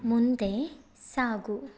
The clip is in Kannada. ಮುಂದೆ ಸಾಗು